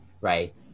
right